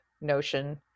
notion